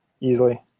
easily